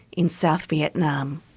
in south vietnam.